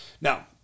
Now